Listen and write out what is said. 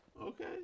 Okay